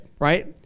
right